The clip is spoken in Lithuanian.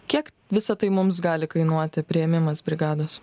kiek visa tai mums gali kainuoti priėmimas brigados